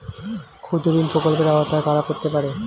ক্ষুদ্রঋণ প্রকল্পের আওতায় কারা পড়তে পারে?